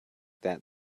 that